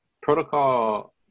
protocol